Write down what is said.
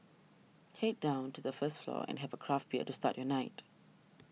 head down to the first floor and have a craft bear to start your night